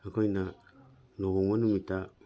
ꯑꯩꯈꯣꯏꯅ ꯂꯨꯍꯣꯡꯕ ꯅꯨꯃꯤꯠꯇ